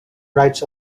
rights